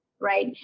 Right